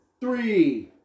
three